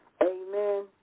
Amen